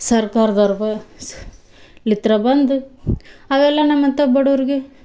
ಸರ್ಕಾರದವ್ರು ಲಿತ್ರ ಬಂದು ಅವೆಲ್ಲ ನಮ್ಮಂಥ ಬಡವ್ರ್ಗೆ